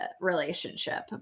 relationship